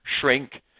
shrink